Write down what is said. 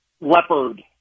Leopard